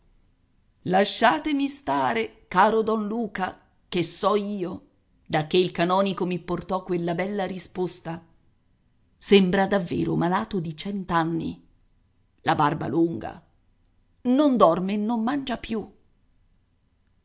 lasciatemi stare caro don luca che so io dacché il canonico mi portò quella bella risposta sembra davvero malato di cent'anni la barba lunga non dorme e non mangia più